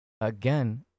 Again